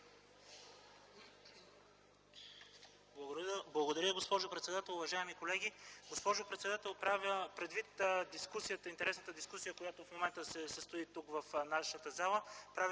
Благодаря, госпожо председател. Уважаеми колеги, госпожо председател! Предвид интересната дискусия, която в момента се състои тук, в нашата зала,